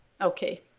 Okay